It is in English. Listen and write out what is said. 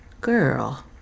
Girl